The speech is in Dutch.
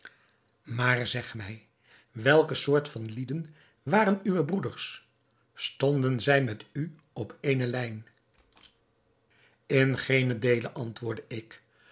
maar zeg mij welke soort van lieden waren uwe broeders stonden zij met u op eene lijn in geenen deele antwoordde ik